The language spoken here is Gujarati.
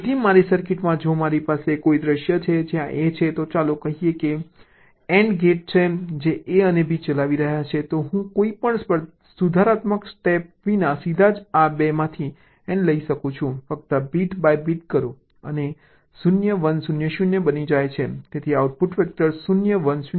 તેથી મારી સર્કિટમાં જો મારી પાસે કોઈ દૃશ્ય છે જ્યાં a છે તો ચાલો કહીએ કે AND ગેટ જે A અને B ચલાવી રહ્યો છે તો હું કોઈપણ સુધારાત્મક સ્ટેપ વિના સીધા જ આ 2 માંથી AND લઈ શકું છું ફક્ત બીટ બાય બીટ કરો અને તે 0 1 0 0 બની જાય છે તેથી આઉટપુટ વેક્ટર 0 1 0 અને 0 હશે